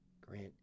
grant